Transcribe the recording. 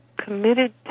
committed